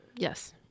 Yes